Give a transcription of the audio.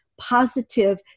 positive